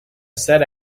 said